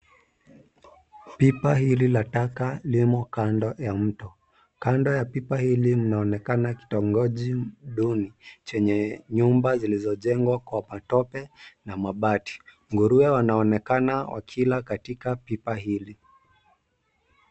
Pipa hili la taka limo kando ya mto. Kando ya pipa hili linaonekana kitongoji duni chenye nyumba zilizojengwa kwa matope na mabati. Nguruwe wanaonekana wakila katika pipa hili.